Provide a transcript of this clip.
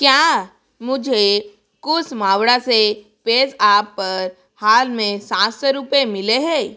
क्या मुझे कुस मावड़ा से पेज़ ऐप पर हाल में सात सौ रुपये मिले हैं